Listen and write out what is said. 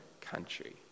country